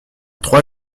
trois